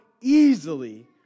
easily